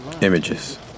Images